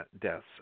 deaths